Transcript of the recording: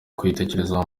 kwitekerezaho